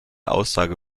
aussage